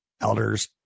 Elders